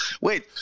wait